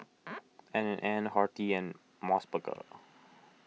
N and N Horti and Mos Burger